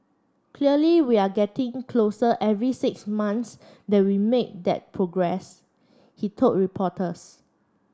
clearly we're getting closer every six months that we make that progress he told reporters